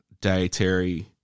dietary